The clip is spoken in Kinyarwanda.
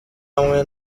hamwe